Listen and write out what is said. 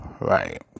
right